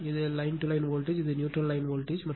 எனவே இது line line voltage இது நியூட்ரல் லைன் வோல்ட்டேஜ்